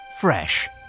fresh